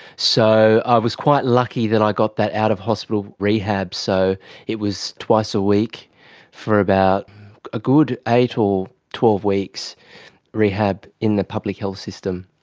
so i was quite lucky that i got that out-of-hospital rehab, so it was twice a week for about a good eight or twelve weeks rehab in the public health system.